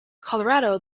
colorado